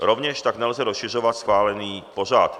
Rovněž tak nelze rozšiřovat schválený pořad.